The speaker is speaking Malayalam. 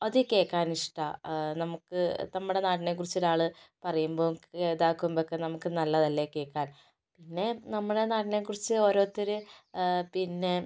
അത് കേൾക്കാനിഷ്ടാ നമുക്ക് നമ്മുടെ നാടിനെ കുറിച്ച് ഒരാൾ പറയുമ്പോൾ ഇതാകുമ്പോഴൊക്കെ നമുക്ക് നല്ലതല്ലേ കേൾക്കാൻ പിന്നെ നമ്മളുടെ നാടിനെ കുറിച്ച് ഓരോരുത്തർ പിന്നെ